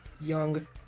young